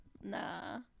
Nah